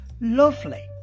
lovely